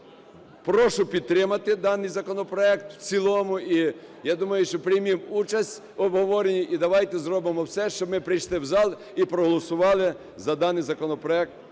Прошу підтримати даний законопроект у цілому. І я думаю, що приймемо участь в обговоренні, і дайте зробимо все, щоб ми прийшли в зал і проголосували за даний законопроект